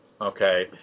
okay